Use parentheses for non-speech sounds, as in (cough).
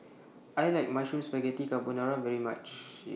I like Mushroom Spaghetti Carbonara very much (unintelligible)